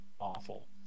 awful